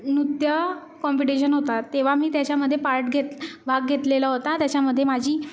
नृत्य कॉम्पिटिशन होतात तेव्हा मी त्याच्यामध्ये पार्ट घेतला भाग घेतलेला होता त्याच्यामध्ये माझी